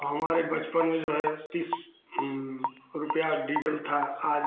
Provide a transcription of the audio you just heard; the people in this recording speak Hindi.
हमारे बचपन में जो है तीस रुपया डीजल था आज